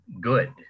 good